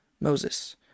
Moses